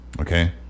okay